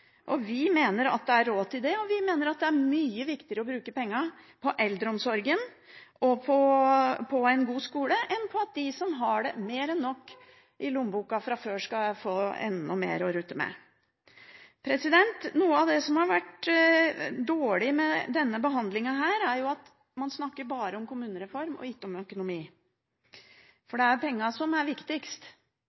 og vi mener at det er mye viktigere å bruke pengene på eldreomsorgen og en god skole enn på at de som har mer enn nok i lommeboka fra før, skal få enda mer å rutte med. Noe av det som har vært dårlig med denne behandlingen, er at man bare snakker om kommunereform og ikke om økonomi. For det er pengene som er viktigst.